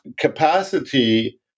capacity